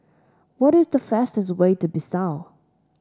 what is the fastest way to Bissau